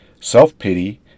self-pity